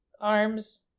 arms